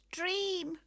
dream